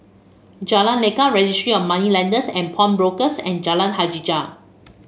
Jalan Lekar Registry of Moneylenders and Pawnbrokers and Jalan Hajijah